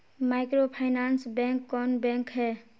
Microfinance bank कौन bank है?